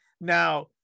Now